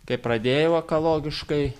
kai pradėjau ekologiškai